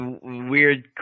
weird